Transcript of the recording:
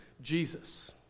Jesus